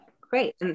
Great